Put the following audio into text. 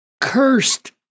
cursed